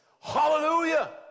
Hallelujah